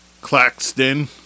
Claxton